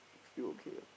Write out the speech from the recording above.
still okay ah